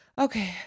Okay